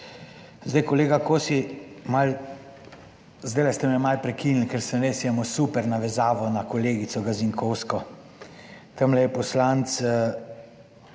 Zdaj, kolega Kosi malo, zdajle ste me malo prekinili, ker sem res imel super navezavo na kolegico Gazinkovsko. Tamle je poslanec